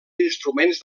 instruments